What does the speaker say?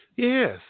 Yes